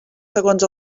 segons